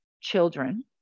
children